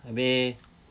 habis